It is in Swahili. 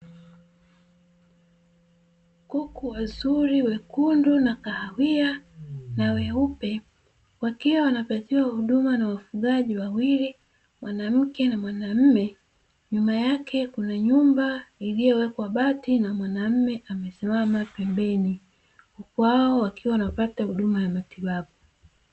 Kuku wazuri wekundu na kahawia na weupe, wakiwa wanapatiwa huduma na wafugaji wawili (mwanamke na mwanamume); nyuma yake kuna nyumba iliyowekwa bati na mwanamume amesimama. Pembeni kuku hao wakiwa wanapata huduma ya matibabu.